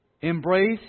Embrace